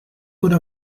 could